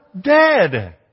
dead